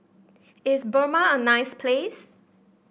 is Burma a nice place